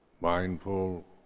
mindful